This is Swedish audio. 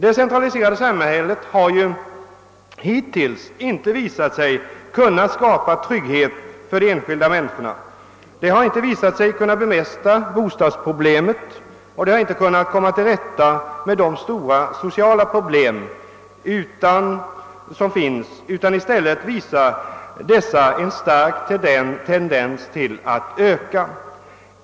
Det centraliserade samhället har hittills inte visat sig kunna skapa trygghet för de enskilda människorna. De har inte kunnat bemästra bostadsproblemet. Det har inte heller kunnat komma till rätta med de stora sociala problem som finns, utan dessa visar i stället en stark tendens att öka.